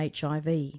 HIV